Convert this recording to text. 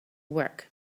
work